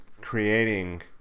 creating